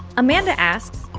amanda asks,